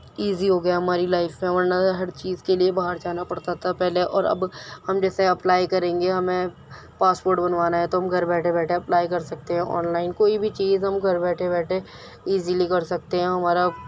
easy ہو گیا ہماری لائف میں ورنہ ہر چیز کے لئے باہر جانا پڑتا تھا پہلے اور اب ہم جیسے اپلائی کریں گے ہمیں پاسپورٹ بنوانا ہے تو ہم گھر بیٹھے بیٹھے اپلائی کر سکتے ہیں آن لائن کوئی بھی چیز ہم گھر بیٹھے بیٹھے ایزیلی کر سکتے ہیں ہمارا